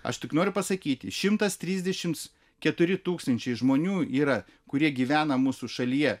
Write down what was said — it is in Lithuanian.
aš tik noriu pasakyti šimtas trisdešimt keturi tūkstančiai žmonių yra kurie gyvena mūsų šalyje